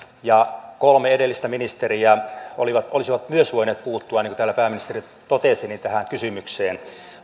ja myös kolme edellistä ministeriä olisivat voineet puuttua niin kuin täällä pääministeri totesi tähän kysymykseen